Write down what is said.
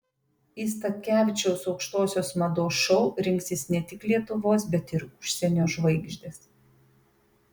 į statkevičiaus aukštosios mados šou rinksis ne tik lietuvos bet ir užsienio žvaigždės